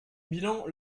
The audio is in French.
bilan